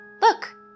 Look